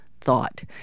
thought